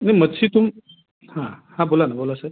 नाही मच्छी तुम हां हां बोला ना बोला सर